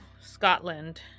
Scotland